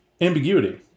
ambiguity